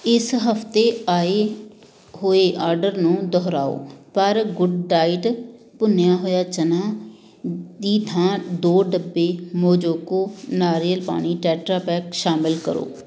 ਇਸ ਹਫ਼ਤੇ ਆਏ ਹੋਏ ਆਡਰ ਨੂੰ ਦੁਹਰਾਓ ਪਰ ਗੁੱਡਡਾਇਟ ਭੁੰਨਿਆ ਹੋਇਆ ਚਨਾ ਦੀ ਥਾਂ ਦੋ ਡੱਬੇ ਮੋਜੋਕੋ ਨਾਰੀਅਲ ਪਾਣੀ ਟੈਟਰਾਪੈਕ ਸ਼ਾਮਲ ਕਰੋ